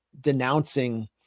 denouncing